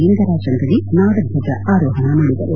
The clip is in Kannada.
ಲಿಂಗರಾಜ ಅಂಗದಿ ನಾಡಧ್ವಜ ಆರೋಹಣ ಮಾಡಿದರು